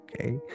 okay